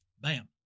bam